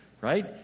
right